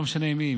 לא משנה עם מי,